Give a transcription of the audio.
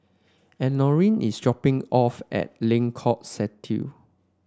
Elenore is dropping off at Lengkong Satu